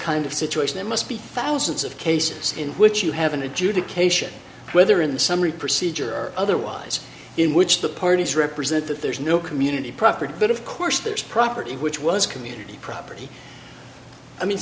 kind of situation there must be thousands of cases in which you have an adjudication whether in the summary procedure or otherwise in which the parties represent that there's no community property but of course there's property which was community property i mean